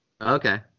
Okay